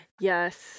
Yes